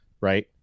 Right